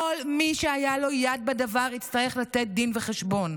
כל מי שהייתה לו יד בדבר, יצטרך לתת דין וחשבון.